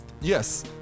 Yes